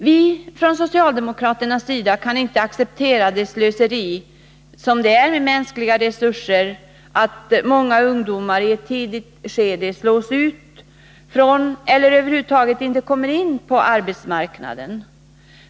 Vi socialdemokrater kan inte acceptera det slöseri med mänskliga resurser som det innebär att många ungdomar i ett tidigt skede slås ut från eller över huvud taget inte kommer in på arbetsmarknaden.